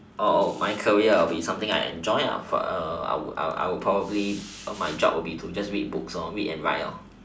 my career would be something I enjoy I I would probably my job is to write books write and read lor